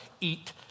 eat